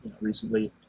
recently